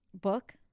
book